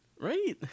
right